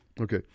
Okay